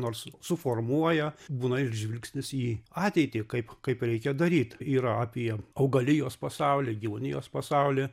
nors suformuoja būna ir žvilgsnis į ateitį kaip kaip reikia daryt yra apie augalijos pasaulį gyvūnijos pasaulį